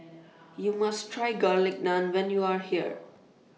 YOU must Try Garlic Naan when YOU Are here